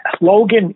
Logan